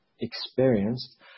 experienced